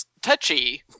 Touchy